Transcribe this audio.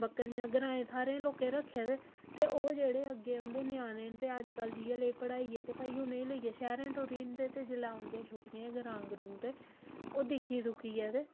बक्करियां ग्राएं थाह्रें लोकें रक्खे दे ते ओह् जेह्ड़े अग्गें उं'दे ञ्याने न ते अजकल्ल जिहै जेही पढ़ाई ऐ ते भाई उ'नें गी लेइयै शैह्रें टुरी जंदे ते जेल्लै औंदे छुट्टियें ग्रां ग्रूं ते ओह् दिक्खी दुक्खियै ते